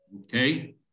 Okay